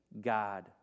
God